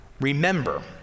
Remember